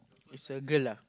is a girl ah